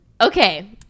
Okay